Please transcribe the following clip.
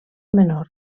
menor